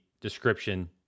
description